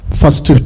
first